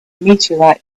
meteorite